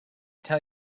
tell